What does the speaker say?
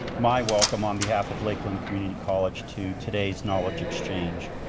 my welcome on behalf of lakeland community college to today's knowledge exchange.